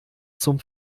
zum